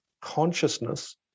consciousness